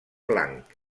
blanc